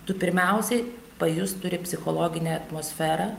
tu pirmiausiai pajust turi psichologinę atmosferą